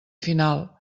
final